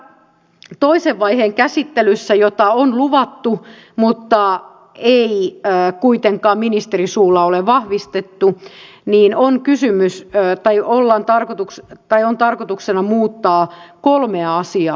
tässä toisen vaiheen käsittelyssä jota on luvattu mutta ei kuitenkaan ministerin suulla ole vahvistettu on kysymys ja aion olla tarkoitukset tarkoituksena muuttaa kolmea asiaa